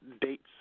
dates